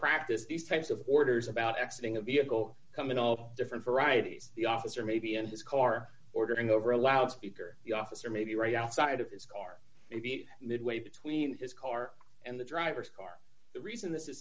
practice these types of orders about accessing a vehicle come in all different varieties the officer may be in his car ordering over a loudspeaker the officer may be right outside of his car and be midway between his car and the driver's car the reason this